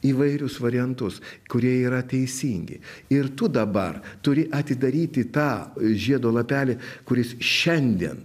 įvairius variantus kurie yra teisingi ir tu dabar turi atidaryti tą žiedo lapelį kuris šiandien